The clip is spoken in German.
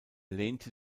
lehnte